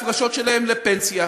שדרגה את ההפרשות שלהם לפנסיה,